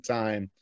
time